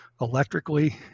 electrically